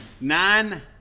nine